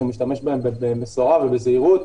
שהוא משתמש בהן במשורה ובזהירות.